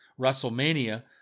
WrestleMania